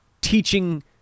teaching